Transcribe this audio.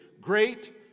great